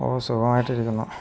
ഓ സുഖമായിട്ടിരിക്കുന്നു